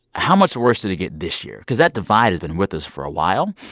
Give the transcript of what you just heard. how much worse did it get this year? cause that divide has been with us for a while.